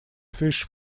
fish